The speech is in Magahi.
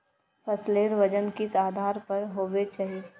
फसलेर वजन किस आधार पर होबे चही?